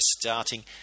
starting